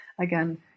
again